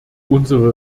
unsere